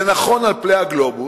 זה נכון על פני הגלובוס,